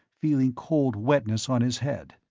feeling cold wetness on his head.